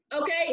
Okay